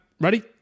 Ready